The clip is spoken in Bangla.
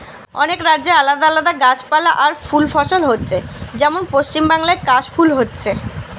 অনেক রাজ্যে আলাদা আলাদা গাছপালা আর ফুল ফসল হচ্ছে যেমন পশ্চিমবাংলায় কাশ ফুল হচ্ছে